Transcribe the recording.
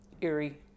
eerie